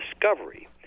discovery